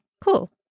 cool